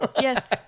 yes